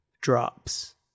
drops